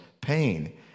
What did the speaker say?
pain